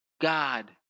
God